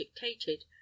dictated